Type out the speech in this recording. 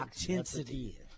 intensity